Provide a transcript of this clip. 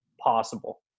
possible